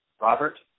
Robert